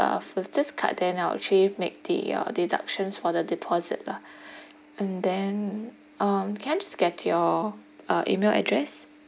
uh for this card then I will actually make the uh deductions for the deposit lah and then um can I just get your uh email address